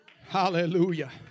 Hallelujah